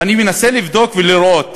ואני מנסה לבדוק ולראות